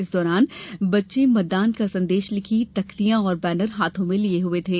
इस दौरान बच्चे मतदान का संदेश लिखी तख्तियां और बैनर हाथों में लिये हुए थे